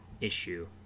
issue